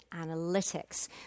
analytics